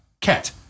Cat